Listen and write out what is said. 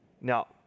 Now